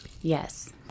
Yes